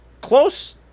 close